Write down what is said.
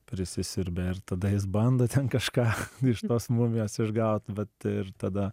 prisisiurbia ir tada jis bando ten kažką iš tos mumijos išgaut vat ir tada